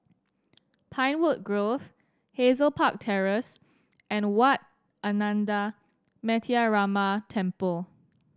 Pinewood Grove Hazel Park Terrace and Wat Ananda Metyarama Temple